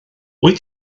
wyt